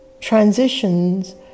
transitions